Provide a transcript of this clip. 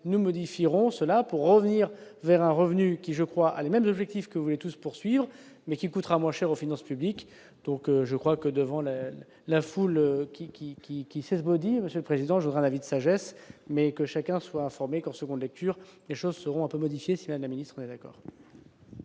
nous modifierons cela pour revenir vers un revenu qui je crois a les mêmes objectifs que voulait tout se poursuivre mais qui coûtera moins cher aux finances publiques, donc je crois que, devant la la foule qui qui qui qui s'esbaudir Monsieur le Président, je voudrais l'avis de sagesse, mais que chacun soit informé qu'en seconde lecture, les choses seront un peu modifié si la ministre est d'accord.